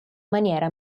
maniera